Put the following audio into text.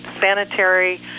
sanitary